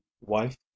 wife